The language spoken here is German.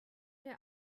der